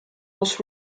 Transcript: was